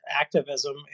activism